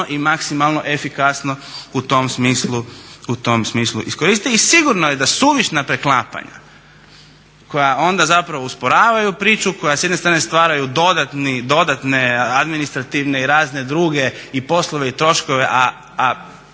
i maksimalno efikasno u tom smislu iskoriste. I sigurno je da suvišna preklapanja koja onda zapravo usporavaju priču, koja s jedne strane stvaraju dodatne administrativne i razne druge i poslove i troškove, a